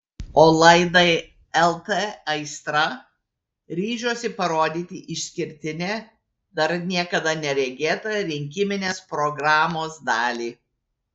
o laidai lt aistra ryžosi parodyti išskirtinę dar niekada neregėtą rinkiminės programos dalį